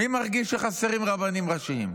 מי מרגיש שחסרים רבנים ראשיים?